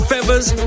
Feathers